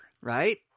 right